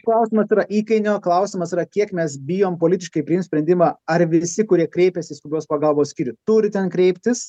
klausimas yra įkainio klausimas yra kiek mes bijom politiškai priimt sprendimą ar visi kurie kreipiasi į skubios pagalbos skyrių turi ten kreiptis